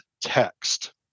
text